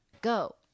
go